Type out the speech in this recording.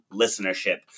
listenership